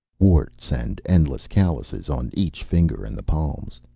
warts and endless calluses on each finger, and the palms.